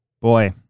boy